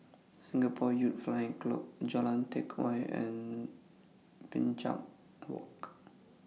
Singapore Youth Flying Club Jalan Teck Whye and Binchang Walk